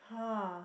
!huh!